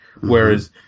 Whereas